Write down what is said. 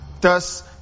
Thus